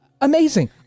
amazing